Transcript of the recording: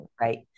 right